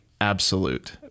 absolute